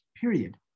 period